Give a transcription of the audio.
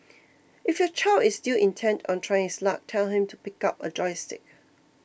if your child is still intent on trying his luck tell him to pick up a joystick